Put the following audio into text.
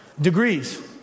degrees